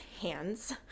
hands